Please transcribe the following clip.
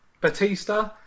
Batista